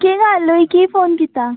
केह् गल्ल होई की फोन कीता